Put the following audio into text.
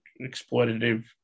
exploitative